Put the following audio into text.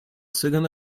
second